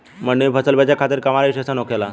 मंडी में फसल बेचे खातिर कहवा रजिस्ट्रेशन होखेला?